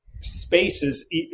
spaces